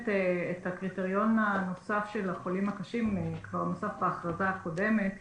הקריטריון הנוסף של החולים הקשים כבר נוסף בהכרזה הקודמת,